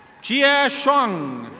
jia shong.